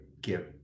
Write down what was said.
give